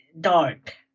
dark